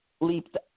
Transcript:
leaped